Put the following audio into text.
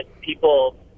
people